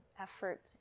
effort